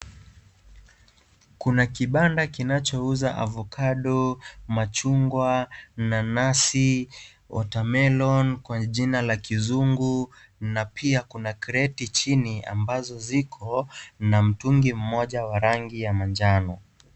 Kuna kibanda kinachouza (CS)avocado(CS ), machungwa, nanasi , (CS)watermelon(CS )kwenye jinaa kizungu na pia kuna kreti chini ambazo ziko na mtungi moja wa rangi ya manjano.